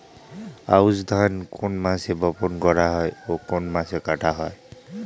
আউস ধান কোন মাসে বপন করা হয় ও কোন মাসে কাটা হয়?